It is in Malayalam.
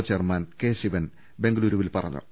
ഒ ചെയർമാൻ കെ ശിവൻ ബംഗളുരുവിൽ പറഞ്ഞു